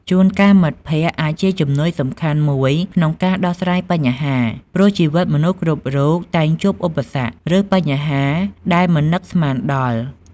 ជូនកាលមិត្តភក្តិអាចជា ជំនួយសំខាន់មួយក្នុងការដោះស្រាយបញ្ហា ព្រោះជីវិតមនុស្សគ្រប់រូបតែងជួបឧបសគ្គ ឬបញ្ហាដែលមិននឹកស្មានដល់។